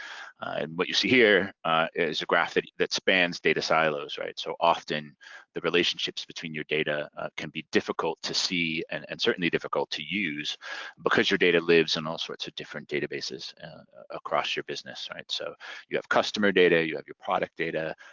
and what you see here is a graphic that spans data silos. so often the relationships between your data can be difficult to see and and certainly difficult to use because your data lives in all sorts of different databases across your business. so you have customer data, you have your product data,